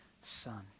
son